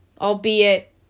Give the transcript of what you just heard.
albeit